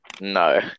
No